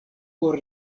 por